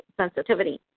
sensitivity